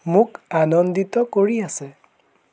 মোক আনন্দিত কৰি আছে